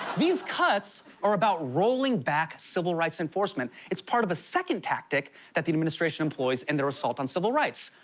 these cuts are about rolling back civil rights enforcement. it's part of a second tactic that the administration employs in their assault on civil rights.